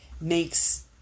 makes